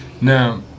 now